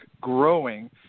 growing